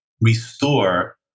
restore